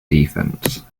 defense